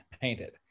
painted